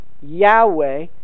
Yahweh